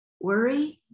worry